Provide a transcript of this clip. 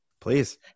Please